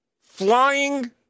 Flying